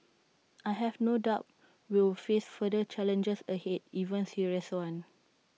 I have no doubt we will face further challenges ahead even serious ones